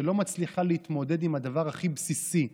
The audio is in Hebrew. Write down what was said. שלא מצליחה להתמודד עם הדבר הכי בסיסי,